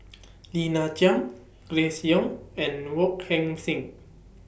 Lina Chiam Grace Young and Wong Heck Sing